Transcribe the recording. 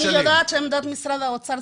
אני יודעת שעמדת משרד האוצר,